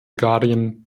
guardian